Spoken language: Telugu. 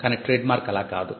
కాని ట్రేడ్మార్క్ అలా కాదు